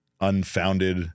unfounded